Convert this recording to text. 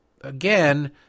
again